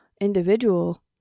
individual